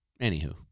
Anywho